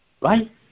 Right